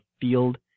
field